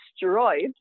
destroyed